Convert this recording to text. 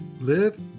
live